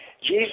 Jesus